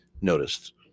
noticed